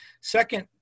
second